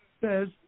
says